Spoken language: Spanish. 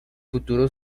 futuro